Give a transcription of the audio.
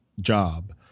job